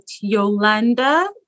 Yolanda